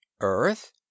Earth